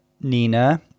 nina